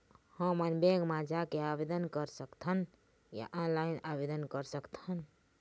हमन बैंक मा जाके आवेदन कर सकथन या ऑनलाइन आवेदन कर सकथन?